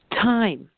time